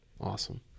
Awesome